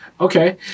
Okay